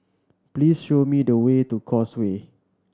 please show me the way to Causeway